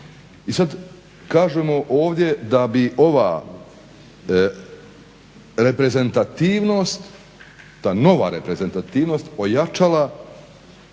I sada kažemo ovdje da bi ova reprezentativnost ta nova reprezentativnost ojačala